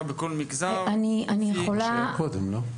זה מה שהיא אמרה קודם, לא?